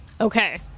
Okay